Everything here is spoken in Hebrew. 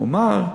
הוא אמר: